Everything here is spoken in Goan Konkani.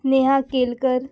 नेहा केलकर